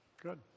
good